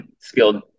skilled